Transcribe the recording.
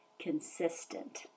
consistent